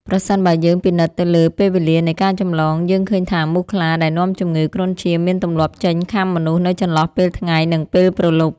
ប្រសិនបើយើងពិនិត្យទៅលើពេលវេលានៃការចម្លង យើងឃើញថាមូសខ្លាដែលនាំជំងឺគ្រុនឈាមមានទម្លាប់ចេញខាំមនុស្សនៅចន្លោះពេលថ្ងៃ និងពេលព្រលប់។